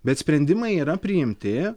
bet sprendimai yra priimti